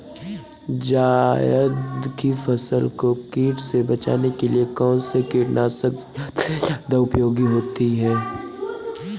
जायद की फसल को कीट से बचाने के लिए कौन से कीटनाशक सबसे ज्यादा उपयोगी होती है?